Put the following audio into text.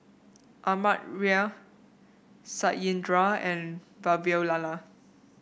Amartya Satyendra and Vavilala